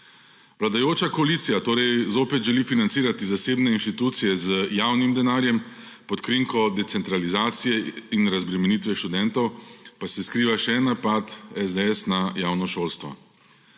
Vladajoča koalicija torej zopet želi financirati zasebne inštitucije z javnim denarjem, pod krinko decentralizacije in razbremenitve študentov pa se skriva še en napad SDS na javno šolstvo.